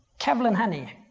kevlin henney,